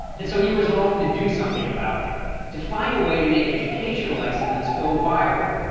and so he resolved to do something about it to find a way to make educational excellence go viral.